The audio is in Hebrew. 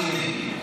אני מסכים.